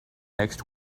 next